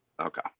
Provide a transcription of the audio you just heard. Okay